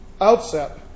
outset